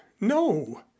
no